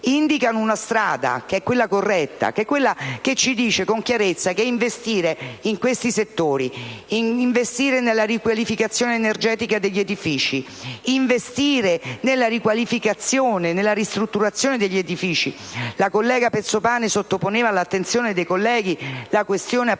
indicano una strada, che è quella corretta, quella che ci dice con chiarezza di investire in questi settori, nella riqualificazione energetica degli edifici, nella riqualificazione e nella ristrutturazione degli edifici. La collega Pezzopane sottoponeva all'attenzione dei colleghi la questione